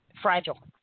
Fragile